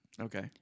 Okay